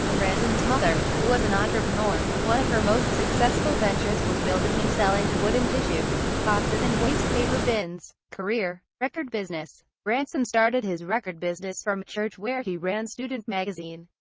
branson's mother was an entrepreneur. one of her most successful ventures was building and selling wooden tissue boxes and wastepaper bins. career record business branson started his record business from a church where he ran student magazine.